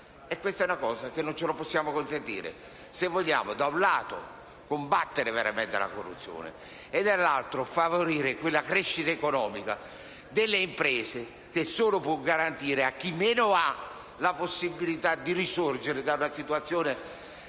sistema penale. E non ce lo possiamo consentire, se vogliamo - da un lato - combattere veramente la corruzione e - dall'altro - favorire quella crescita economica delle imprese, che sola può garantire a chi meno ha la possibilità di risorgere da una situazione